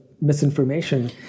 misinformation